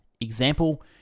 Example